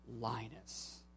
Linus